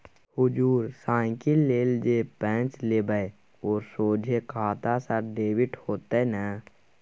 हुजुर साइकिल लेल जे पैंच लेबय ओ सोझे खाता सँ डेबिट हेतेय न